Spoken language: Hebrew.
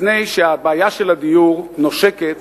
מפני שהבעיה של הדיור נושקת